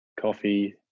coffee